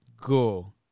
go